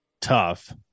tough